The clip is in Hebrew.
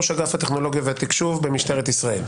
ראש אגף הטכנולוגיה והתקשוב במשטרת ישראל.